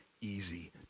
easy